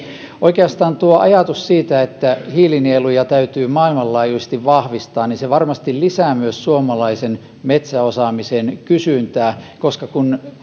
oikeastaan tuo ajatus siitä että hiilinieluja täytyy maailmanlaajuisesti vahvistaa varmasti lisää myös suomalaisen metsäosaamisen kysyntää koska kun